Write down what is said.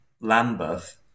lambeth